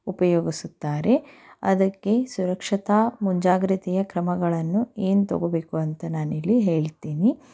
ಉಪಯೋಗಿಸುತ್ತಾರೆ ಅದಕ್ಕೆ ಸುರಕ್ಷತಾ ಮುಂಜಾಗ್ರತೆಯ ಕ್ರಮಗಳನ್ನು ಏನು ತಗೋಬೇಕು ಅಂತ ನಾನಿಲ್ಲಿ ಹೇಳ್ತೀನಿ